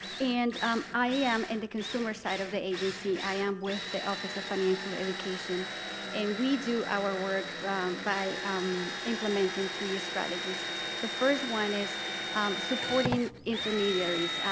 and um i am in the consumer side of the agency i am with the office of financial education and we do our work by implementing three strategies the first one is supporting intermediaries.